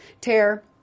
tear